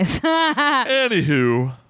Anywho